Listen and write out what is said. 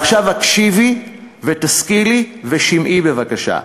עכשיו הקשיבי ותשכילי ושמעי בבקשה.